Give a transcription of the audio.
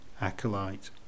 acolyte